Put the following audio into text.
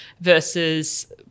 versus